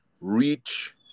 reach